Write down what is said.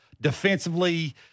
defensively